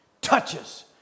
touches